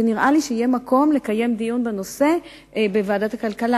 ונראה לי שיהיה מקום לקיים דיון בנושא בוועדת הכלכלה.